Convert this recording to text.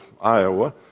Iowa